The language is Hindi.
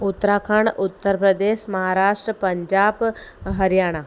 उत्तराखंड उत्तर प्रदेश महाराष्ट्र पंजाब हरियाणा